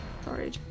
Sorry